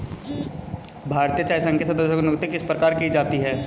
भारतीय चाय संघ के सदस्यों की नियुक्ति किस प्रकार की जाती है?